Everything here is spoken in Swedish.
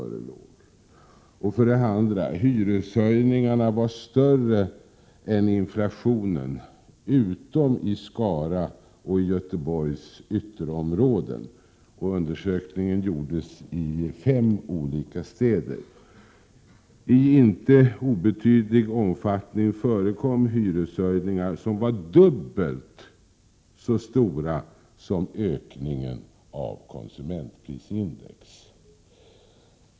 För det andra var hyreshöjningarna större än inflationen, utom i Skara och i Göteborgs ytterområden. Undersökningen gjordes i fem olika städer. I inte obetydlig omfattning förekom hyreshöjningar som var dubbelt så stora som ökningen av konsumentprisindex.